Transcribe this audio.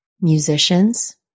musicians